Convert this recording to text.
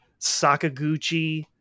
Sakaguchi